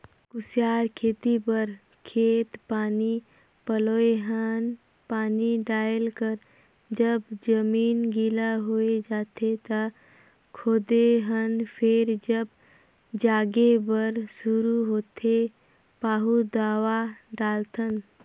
कुसियार खेती बर खेत पानी पलोए हन पानी डायल कर जब जमीन गिला होए जाथें त खोदे हन फेर जब जागे बर शुरू होथे पाहु दवा डालथन